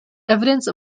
evidence